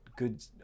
Good